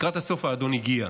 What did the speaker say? לקראת הסוף האדון הגיע.